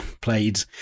played